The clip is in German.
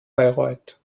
bayreuth